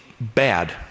bad